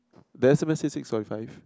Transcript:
the S M S say six forty five